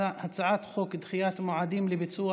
ההצעה להעביר את הצעת חוק דחיית מועדים לביצוע